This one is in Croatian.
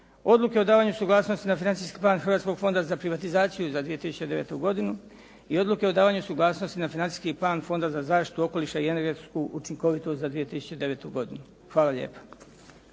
Odluke o davanju suglasnosti na Financijski plan Hrvatskog fonda za privatizaciju za 2009. godinu i Odluke o davanju suglasnosti na Financijski plan Fonda za zaštitu okoliša i energetsku učinkovitost za 2009. godinu. Hvala lijepa.